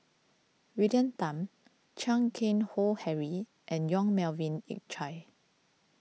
William Tan Chan Keng Howe Harry and Yong Melvin Yik Chye